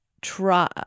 try